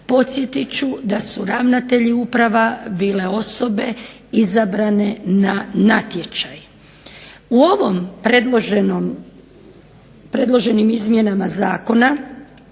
Podsjetit ću da su ravnatelji uprava bile osobe izabrane na natječaj. U ovim predloženim izmjenama zakona